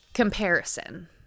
Comparison